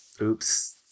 Oops